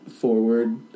forward